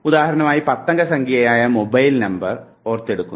ഉദാഹരണമായി 10 അക്ക സംഖ്യയായ മൊബൈൽ നമ്പർ ഓർത്തെടുക്കുന്നു